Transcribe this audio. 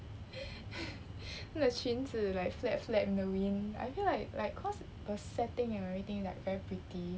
the 裙子 like flap flap in the wind I feel like like cause the setting and everything like very pretty